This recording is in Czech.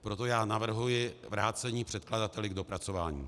Proto navrhuji vrácení předkladateli k dopracování.